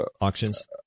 auctions